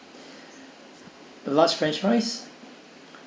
large french fries